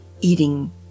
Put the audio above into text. eating